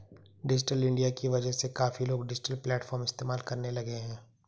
digital India की वजह से काफी लोग डिजिटल प्लेटफ़ॉर्म इस्तेमाल करने लगे हैं